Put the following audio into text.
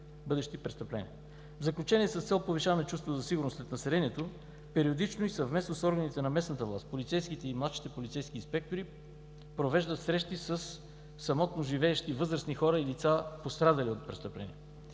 В заключение, с цел повишаване чувството за сигурност сред населението, периодично и съвместно с органите на местната власт, полицейските и младшите полицейските инспектори провеждат срещи със самотно живеещи възрастни хора и лица пострадали от престъпления.